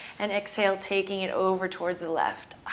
and exhale, taking it over towards the left.